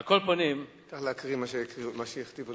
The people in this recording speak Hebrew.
על כל פנים, צריך להקריא מה שהכתיבו לך.